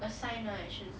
a sign lah actual